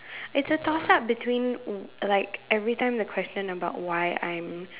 it's a toss up between wh~ like every time the question about why I'm